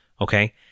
okay